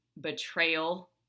betrayal